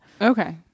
Okay